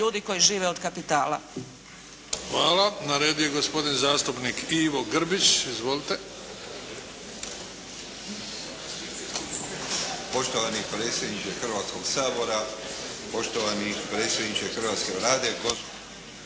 ljudi koji žive od kapitala.